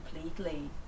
completely